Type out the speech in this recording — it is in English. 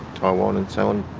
taiwan and so on.